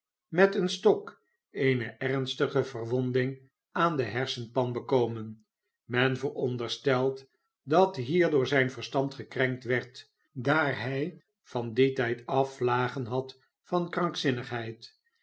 met een stok eene ernstige verwonding aan de hersenpan bekomen men vooronderstelt dat hierdoor zijn verstand gekrenkt werd daar hij van dien tijd af vlagen had van krankzinnigheid